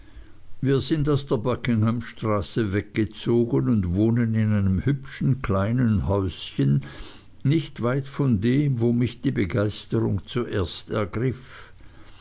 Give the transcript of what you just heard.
wir sind aus der buckinghamstraße weggezogen und wohnen in einem hübschen kleinen häuschen nicht weit von dem wo mich die begeisterung zuerst ergriff